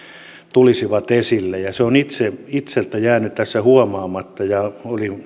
tulisivat esille se on itseltäni jäänyt tässä huomaamatta ja